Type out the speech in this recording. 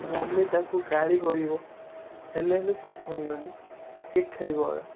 mummy ତା'କୁ ଗାଳି କରିବ ହେଲେ ହେଲେ ସିଏ ଶୁଣିବନି ସିଏ ଖେଳିବ